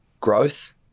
growth